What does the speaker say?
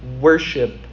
worship